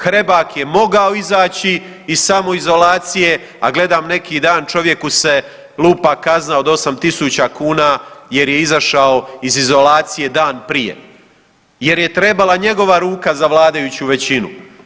Hrebak je mogao izaći iz samoizolacije, a gledam neki dan, čovjeku se lupa kazna od 8 tisuća kuna jer je izašao iz izolacije dan prije jer je trebala njegova ruka za vladajuću većinu.